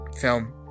film